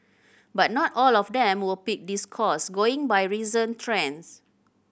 but not all of them will pick this course going by recent trends